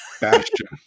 Bastion